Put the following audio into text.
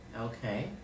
Okay